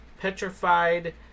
petrified